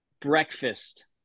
breakfast